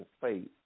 faith